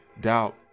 doubt